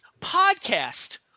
podcast